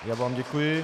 Já vám děkuji.